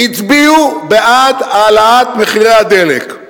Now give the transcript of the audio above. הצביעו בעד העלאת מחירי הדלק,